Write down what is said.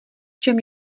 čem